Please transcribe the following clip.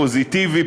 הפוזיטיבי,